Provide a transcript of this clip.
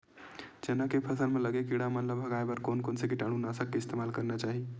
चना के फसल म लगे किड़ा मन ला भगाये बर कोन कोन से कीटानु नाशक के इस्तेमाल करना चाहि?